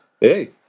Hey